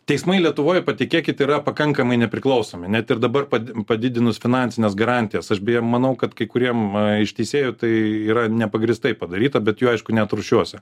teismai lietuvoj patikėkit yra pakankamai nepriklausomi net ir dabar pat padidinus finansines garantijas aš beje manau kad kai kuriem iš teisėjų tai yra nepagrįstai padaryta bet jų aišku neatrūšiuosi